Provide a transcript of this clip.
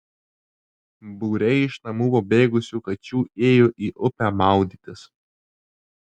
būriai iš namų pabėgusių kačių ėjo į upę maudytis